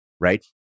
right